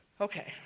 okay